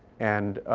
and